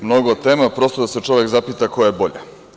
Mnogo tema, prosto da se čovek zapita koja je bolja.